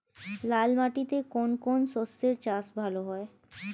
লাল মাটিতে কোন কোন শস্যের চাষ ভালো হয়?